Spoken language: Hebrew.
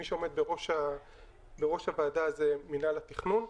מי שעומד בראש הוועדה זה מינהל התכנון.